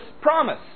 promise